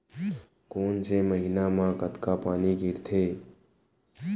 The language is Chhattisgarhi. कोन से महीना म कतका पानी गिरथे?